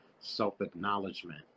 self-acknowledgement